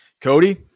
Cody